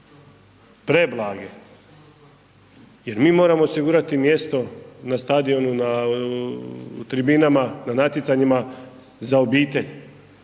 preblage jer mi moramo osigurati mjesto na stadionu na tribinama, na natjecanjima za obitelj,